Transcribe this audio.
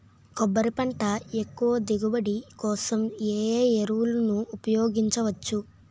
కొబ్బరి పంట ఎక్కువ దిగుబడి కోసం ఏ ఏ ఎరువులను ఉపయోగించచ్చు?